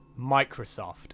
Microsoft